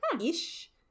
ish